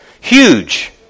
huge